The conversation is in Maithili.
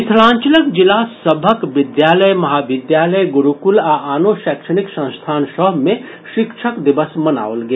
मिथिलांचलक जिला सभक विद्यालय महाविद्यालय गुरूकुल आ आनो शैक्षणिक संस्थान सभ मे शिक्षक दिवस मनाओल गेल